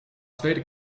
tweede